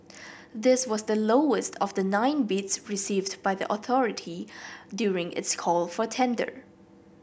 this was the lowest of the nine bids received by the authority during its call for tender